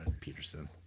Peterson